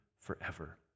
forever